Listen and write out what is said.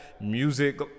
music